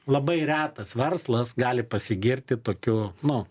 labai retas verslas gali pasigirti tokiu nu